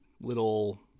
little